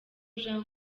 jean